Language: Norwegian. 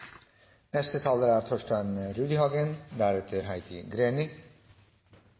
Neste taler er